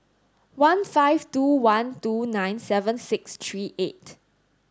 one five two one two nine seven six three eight